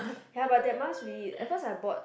ya but that must be at first I bought